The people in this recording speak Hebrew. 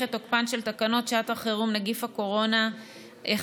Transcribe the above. את תוקפן של תקנות שעת החירום (נגיף הקורונה חדש,